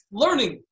learning